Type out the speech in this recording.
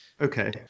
okay